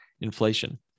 inflation